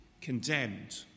condemned